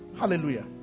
hallelujah